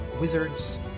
wizards